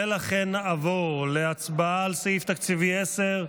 ולכן נעבור להצבעה על סעיף תקציבי 10,